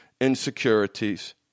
insecurities